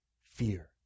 fear